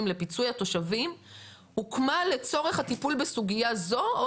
לפיצוי התושבים הוקמה לצורך הטיפול בסוגיה זו או